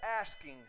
asking